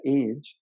age